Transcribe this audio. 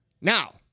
Now